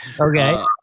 Okay